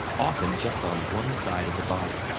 often just on one side of the body.